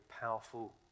powerful